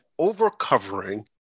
overcovering